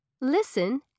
Listen